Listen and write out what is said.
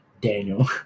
Daniel